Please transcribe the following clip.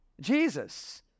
Jesus